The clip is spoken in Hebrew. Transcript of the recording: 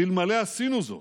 אלמלא עשינו זאת,